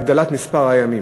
הגדלת מספר הימים.